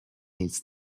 meets